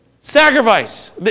sacrifice